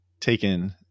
taken